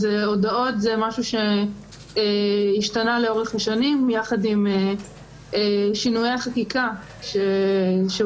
הודעות הן משהו שהשתנה לאורך השנים יחד עם שינויי החקיקה שהוזכרו,